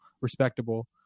respectable